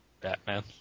batman